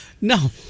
No